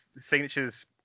signatures